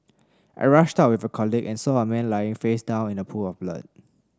I rushed out with a colleague and saw a man lying face down in a pool of blood